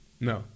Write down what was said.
No